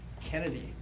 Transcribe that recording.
Kennedy